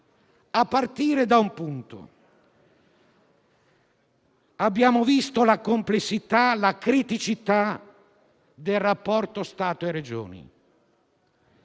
a partire da un punto. Abbiamo visto la complessità, la criticità del rapporto tra Stato e Regioni;